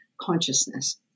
consciousness